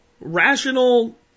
rational